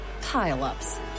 pile-ups